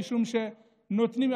משום שנותנים,